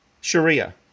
Sharia